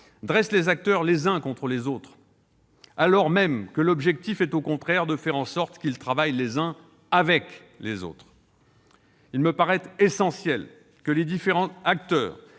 dressent les acteurs « les uns contre les autres », alors que l'objectif est au contraire de faire en sorte qu'ils travaillent les uns avec les autres ! Il me paraît essentiel que les différents acteurs